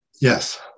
Yes